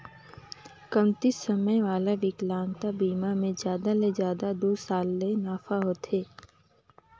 कमती समे वाला बिकलांगता बिमा मे जादा ले जादा दू साल ले नाफा होथे